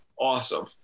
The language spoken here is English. awesome